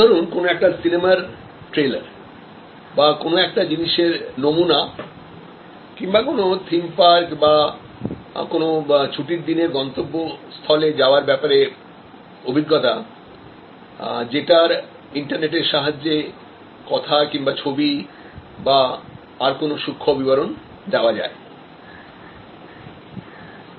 যেমন ধরুন কোন একটা সিনেমার ট্রেইলার বা কোন একটা জিনিস এর নমুনা কিংবা কোন থিম পার্ক বা কোন ছুটির দিনের গন্তব্য স্থলে যাওয়ার ব্যাপারে অভিজ্ঞতা যেটার ইন্টারনেটেরসাহায্যে কথা কিংবা ছবি বা আরো কোন সূক্ষ্ম বিবরণ দেওয়া যায়